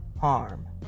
harm